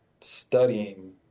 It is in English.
studying